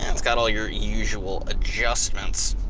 and it's got all your usual adjustments.